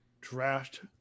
draft